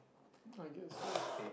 I guess so